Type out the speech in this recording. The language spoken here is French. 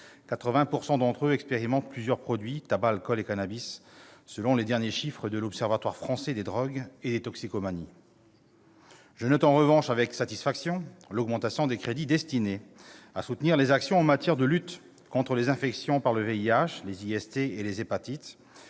80 % d'entre eux expérimentent plusieurs produits- tabac, alcool et cannabis -, selon les derniers chiffres de l'Observatoire français des drogues et des toxicomanies. En revanche, je note avec satisfaction l'augmentation des crédits destinés à soutenir les actions en matière de lutte contre les infections par le VIH, les infections